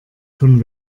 von